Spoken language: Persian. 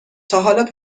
تاحالا